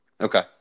Okay